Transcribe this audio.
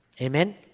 Amen